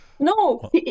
No